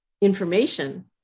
information